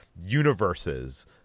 universes